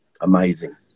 amazing